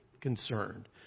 concerned